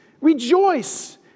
Rejoice